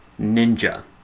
Ninja